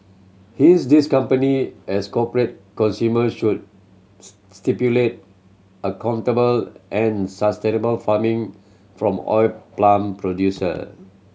hence these company as corporate consumer should stipulate accountable and sustainable farming from oil palm producer